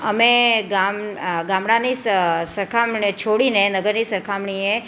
અમે ગામ ગામડાની સ સરખામણે છોડીને નગરની સરખામણીએ